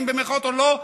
"רעים" במירכאות או לא.